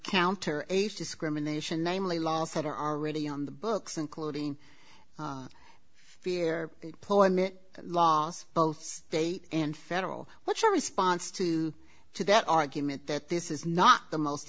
counter age discrimination namely laws that are already on the books including fear poem it laws both state and federal what's your response to to that argument that this is not the most